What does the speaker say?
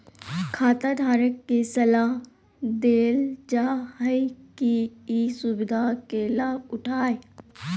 खाताधारक के सलाह देल जा हइ कि ई सुविधा के लाभ उठाय